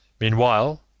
Meanwhile